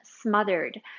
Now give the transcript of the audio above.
smothered